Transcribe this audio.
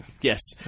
yes